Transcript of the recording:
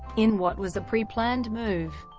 in what was a preplanned move.